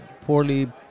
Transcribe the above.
poorly